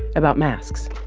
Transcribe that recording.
about masks.